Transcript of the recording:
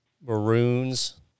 maroons